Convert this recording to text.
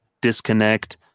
Disconnect